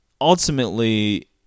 ultimately